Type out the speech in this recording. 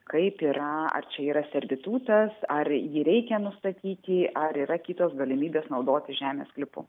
kaip yra ar čia yra servitutas ar jį reikia nustatyti ar yra kitos galimybės naudotis žemės sklypu